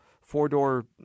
four-door